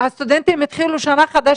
התלמידים והמנהלים שאף אחד לא שותף בתהליך.